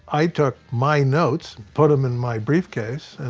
i took my notes, put them in my briefcase,